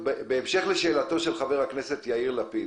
בהמשך לשאלתו של חבר הכנסת יאיר לפיד,